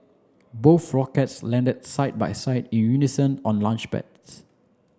both rockets landed side by side in unison on launchpads